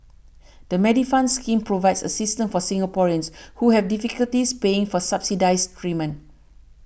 the Medifund scheme provides assistance for Singaporeans who have difficulties paying for subsidized treatment